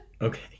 Okay